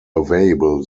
available